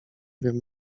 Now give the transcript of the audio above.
wiem